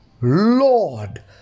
Lord